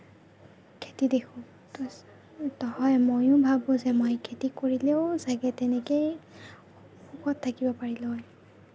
খেতি দেখোঁ হয় ময়ো ভাৱো যে মই খেতি কৰিলেও ছাগে তেনেকেই সুখত থাকিব পাৰিলো হয়